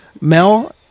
Mel